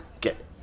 get